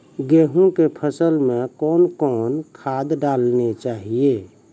गेहूँ के फसल मे कौन कौन खाद डालने चाहिए?